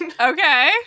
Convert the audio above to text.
Okay